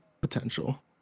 potential